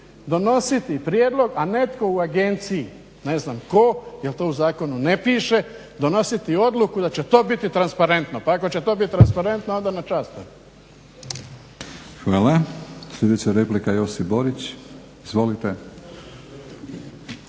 donositi prijedlog, a netko u agenciji ne znam tko, jer to u zakonu ne piše donositi odluku da će to biti transparentno. Pa ako će to biti transparentno onda na čast. **Batinić, Milorad (HNS)** Hvala. Sljedeća replika Josip Borić, izvolite.